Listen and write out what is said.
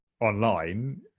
online